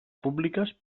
públiques